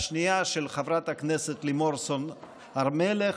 והשנייה של חברת הכנסת לימור סון הר מלך,